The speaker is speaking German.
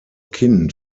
kind